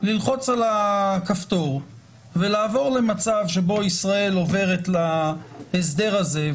ללחוץ על הכפתור ולעבור למצב שבו ישראל עוברת להסדר הזה?